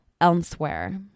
elsewhere